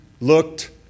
looked